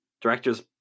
directors